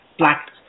Black